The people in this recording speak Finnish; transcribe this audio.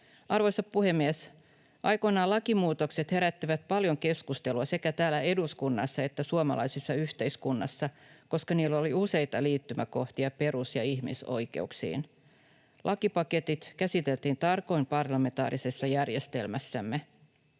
Arvoisa puhemies! Aikoinaan lakimuutokset herättivät paljon keskustelua sekä täällä eduskunnassa että suomalaisessa yhteiskunnassa, koska niillä oli useita liittymäkohtia perus- ja ihmisoikeuksiin. Lakipaketit käsiteltiin tarkoin parlamentaarisessa järjestelmässämme.